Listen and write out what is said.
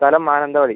സ്ഥലം മാനന്തവാടി